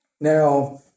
Now